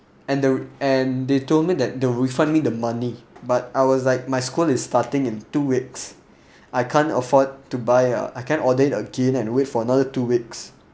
and the and they told me that they'll refund me the money but I was like my school is starting in two weeks I can't afford to buy a I can't order it again and wait for another two weeks